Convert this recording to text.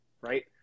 right